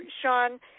Sean